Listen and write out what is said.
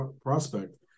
prospect